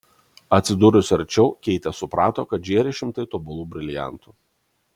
atsidūrusi arčiau keitė suprato kad žėri šimtai tobulų briliantų